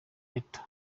neto